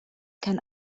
kann